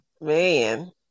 man